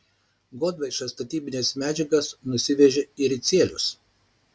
godvaiša statybines medžiagas nusivežė į ricielius